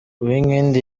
uwinkindi